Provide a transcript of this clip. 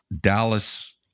Dallas